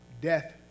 death